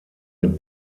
mit